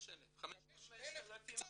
5,500 שקל.